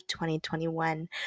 2021